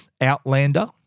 Outlander